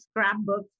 scrapbooks